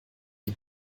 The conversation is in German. die